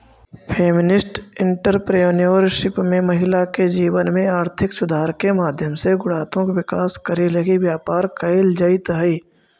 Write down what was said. feminist entrepreneurship में महिला के जीवन में आर्थिक सुधार के माध्यम से गुणात्मक विकास करे लगी व्यापार कईल जईत हई